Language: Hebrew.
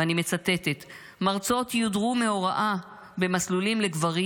ואני מצטטת: מרצות יודרו מהוראה במסלולים לגברים,